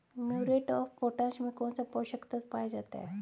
Muriate of potash में कौन सा पोषक तत्व पाया जाता है?